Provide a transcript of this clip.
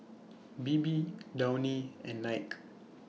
Bebe Downy and Nike